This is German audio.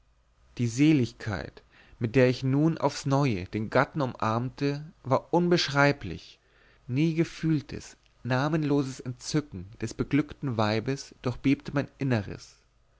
die seligkeit mit der ich nun aufs neue den gatten umarmte war unbeschreiblich nie gefühltes namenloses entzücken des beglückten weibes durchbebte mein inneres